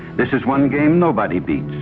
this is one game nobody beats.